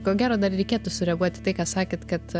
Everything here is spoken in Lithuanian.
ko gero dar reikėtų sureaguot į tai ką sakėt kad